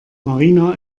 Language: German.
marina